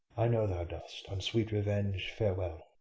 i know thou dost and, sweet revenge, farewell.